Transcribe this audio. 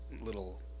little